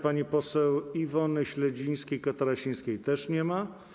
Pani poseł Iwony Śledzińskiej-Katarasińskiej też nie ma.